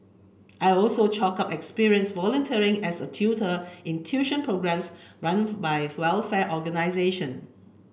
I also chalk up experience volunteering as a tutor in tuition programmes run by welfare organisation